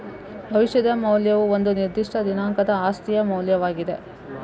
ಭವಿಷ್ಯದ ಮೌಲ್ಯವು ಒಂದು ನಿರ್ದಿಷ್ಟ ದಿನಾಂಕದ ಆಸ್ತಿಯ ಮೌಲ್ಯವಾಗಿದೆ